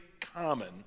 common